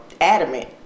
adamant